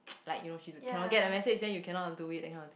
like you know she cannot get the message then you cannot do it that kind of thing